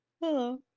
Hello